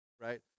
right